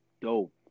Dope